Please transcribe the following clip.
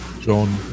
John